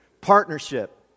Partnership